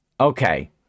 okay